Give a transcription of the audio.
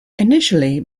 initially